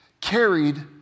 carried